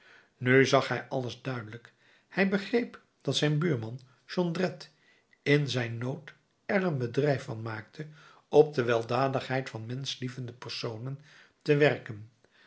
nu zag hij alles duidelijk hij begreep dat zijn buurman jondrette in zijn nood er een bedrijf van maakte op de weldadigheid van menschlievende personen te werken